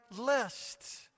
list